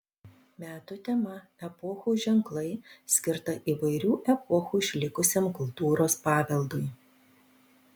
metų tema epochų ženklai skirta įvairių epochų išlikusiam kultūros paveldui